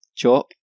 chop